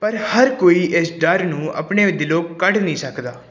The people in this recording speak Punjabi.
ਪਰ ਹਰ ਕੋਈ ਇਸ ਡਰ ਨੂੰ ਆਪਣੇ ਦਿਲੋਂ ਕੱਢ ਨਹੀਂ ਸਕਦਾ